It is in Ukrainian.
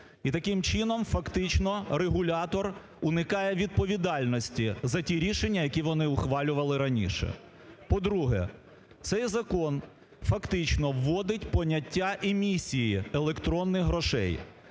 І таким чином, фактично регулятор уникає відповідальності за ті рішення, які вони ухвалювали раніше. По-друге. Цей закон фактично вводить поняття емісії електронних грошей.